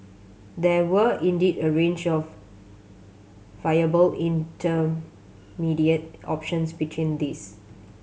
there were indeed a range of viable intermediate options between these